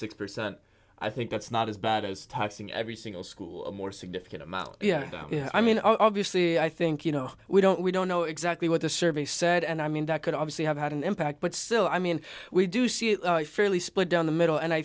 six percent i think that's not as bad as taxing every single school more significant amount yeah i mean obviously i think you know we don't we don't know exactly what the survey said and i mean that could obviously have had an impact but still i mean we do see it fairly split down the middle and i